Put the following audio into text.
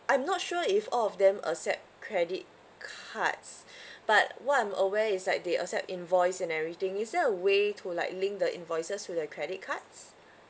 I'm not sure if all of them accept credit cards but what I'm aware is like they accept invoice and everything is there a way to like link the invoices to the credit cards